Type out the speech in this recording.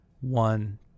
One